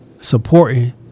supporting